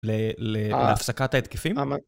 להפסקת ההתקפים?